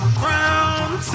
ground